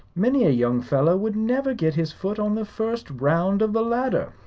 many a young fellow would never get his foot on the first round of the ladder.